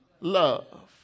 love